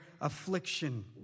affliction